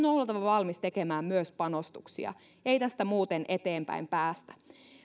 on oltava valmis tekemään myös panostuksia ei tästä muuten eteenpäin päästä